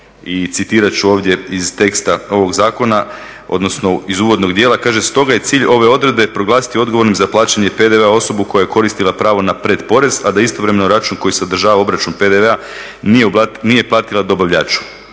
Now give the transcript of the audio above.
I citirat ću ovdje iz teksta ovog zakona odnosno iz uvodnog dijela kaže "Stoga je cilj ove odredbe proglasiti odgovornim za plaćanje PDV-a osobu koja je koristila pravo na predporez, a da istovremeno račun koji sadržava obračun PDV-a nije platila dobavljaču"